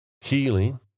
healing